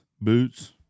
boots